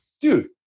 Dude